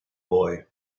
boy